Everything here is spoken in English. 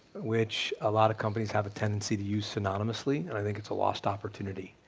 which a lot of companies have a tendency to use synonymously and i think it's a lost opportunity.